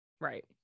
Right